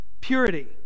Purity